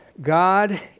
God